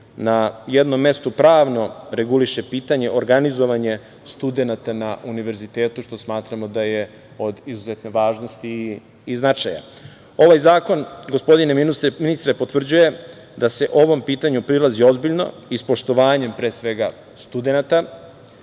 na jednom mestu pravno reguliše pitanje organizovanja studenata na univerzitetu, što smatramo da je od izuzetne važnosti i značaja. Ovaj zakon, gospodine ministre, potvrđuje da se ovom pitanju prilazi ozbiljno i s poštovanjem, pre svega studenata,